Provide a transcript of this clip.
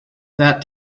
that